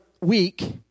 week